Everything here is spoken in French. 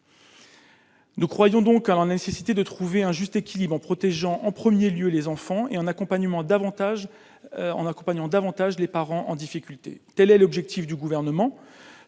Nous croyons donc à la nécessité de trouver un juste équilibre en protégeant en 1er lieu les enfants et en accompagnement davantage on accompagnant davantage les parents en difficulté, telle est l'objectif du gouvernement,